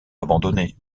abandonner